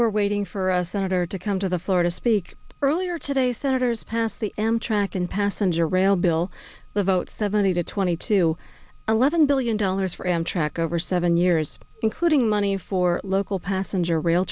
were waiting for us senator to come to the florida speak earlier today senators pass the amtrak and passenger rail bill the vote seventy to twenty two eleven billion dollars for amtrak over seven years including money for local passenger r